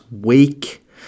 week